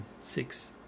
six